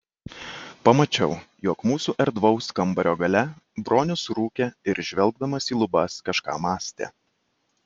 pamačiau jog mūsų erdvaus kambario gale bronius rūkė ir žvelgdamas į lubas kažką mąstė